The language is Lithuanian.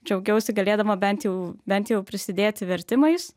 džiaugiausi galėdama bent jau bent jau prisidėti vertimais